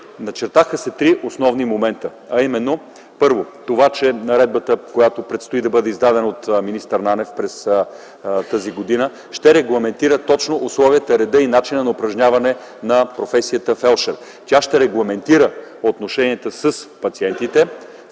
Начертаха се три основни момента, а именно: Първо, това че наредбата, която предстои да бъде издадена от министър Нанев през тази година, ще регламентира точно условията, реда и начина на упражняване на професията „фелдшер”. Тя ще регламентира отношенията с пациентите.